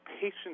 Patient